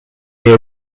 year